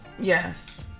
yes